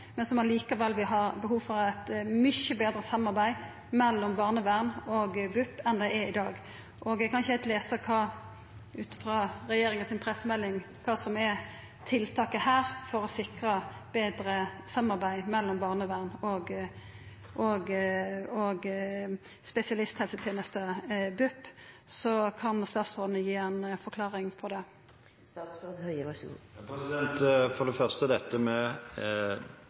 men som likevel vil ha behov for eit mykje betre samarbeid mellom barnevern og BUP enn det som er i dag. Eg kan ikkje heilt lesa ut frå regjeringa si pressemelding kva som er tiltaket her for å sikra betre samarbeid mellom barnevern og spesialisthelseteneste/BUP. Kan statsråden gi ei forklaring på det? For det første: Når det gjelder dette med institusjon, er